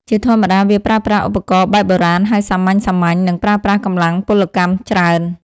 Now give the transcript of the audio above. ជាធម្មតាវាប្រើប្រាស់ឧបករណ៍បែបបុរាណហើយសាមញ្ញៗ និងប្រើប្រាស់កម្លាំងពលកម្មច្រើន។